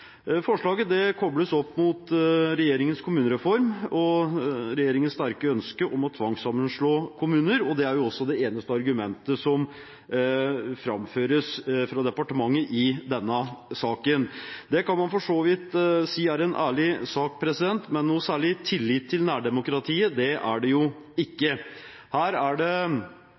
kobles opp mot regjeringens kommunereform og regjeringens sterke ønske om å tvangssammenslå kommuner, og det er også det eneste argumentet som framføres fra departementet i denne saken. Det kan man for så vidt si er en ærlig sak, men noen særlig tillit til nærdemokratiet er det ikke. Her er det